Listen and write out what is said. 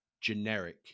generic